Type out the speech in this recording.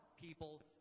people